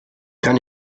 kann